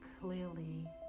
clearly